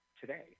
today